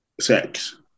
sex